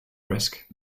risk